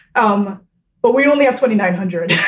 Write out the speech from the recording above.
um but we only have twenty nine hundred.